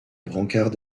brancard